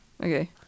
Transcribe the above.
Okay